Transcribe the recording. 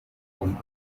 one